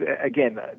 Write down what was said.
again